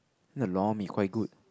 then the lor-mee quite good